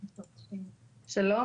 שלום,